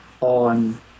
on